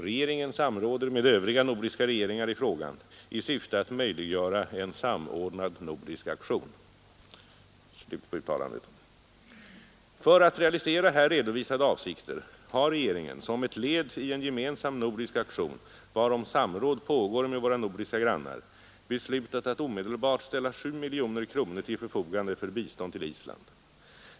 Regeringen samråder med övriga nordiska regeringar i frågan i syfte att möjliggöra en samordnad nordisk aktion.” För att realisera här redovisade avsikter har regeringen som ett led i en gemensam nordisk aktion, varom samråd pågår med våra nordiska grannar, beslutat att omedelbart ställa 7 miljoner kronor till förfogande för bistånd till Island.